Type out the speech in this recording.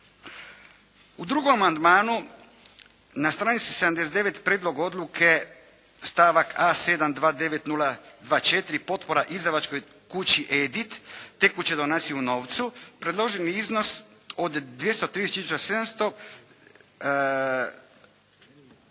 U drugom amandmanu na stranici 79. prijedlog odluke stavak A729024 potpora izdavačkoj kući "Edit" tekuće donacije u novcu, predloženi iznos od 230